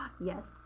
Yes